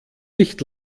nicht